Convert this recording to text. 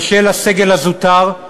ושל הסגל הזוטר,